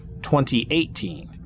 2018